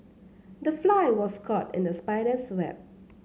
the fly was caught in the spider's web